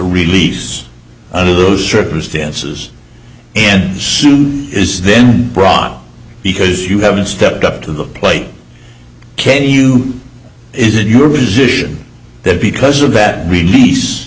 released under those circumstances and is then brought because you haven't stepped up to the plate can you is it your position that because of that release